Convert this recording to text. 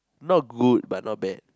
not good but not bad